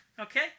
okay